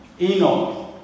Enoch